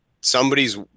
Somebody's